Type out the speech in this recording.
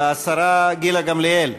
השרה גילה גמליאל,